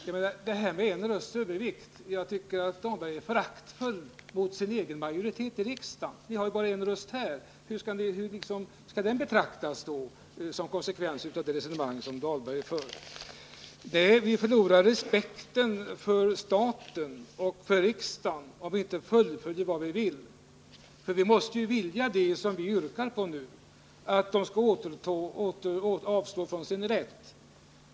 När det gäller detta med en rösts övervikt tycker jag att Rolf Dahlberg är föraktfull mot de borgerligas majoritet i riksdagen. Ni har ju bara en rösts övervikt här. Hur skall den, som en konsekvens av det resonemang som Rolf Dahlberg för, betraktas? Vi förlorar respekten för staten och för riksdagen, om vi inte fullföljer vad vi vill, och vi måste ju vilja det som vi nu yrkar — att Trångfors AB skall avstå från sin rätt.